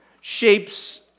shapes